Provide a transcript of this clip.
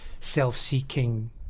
self-seeking